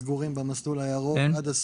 סגורים במסלול הירוק עד הסוף.